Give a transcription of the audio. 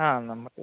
ആ നമ്മൾക്ക്